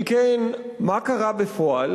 אם כן, מה קרה בפועל?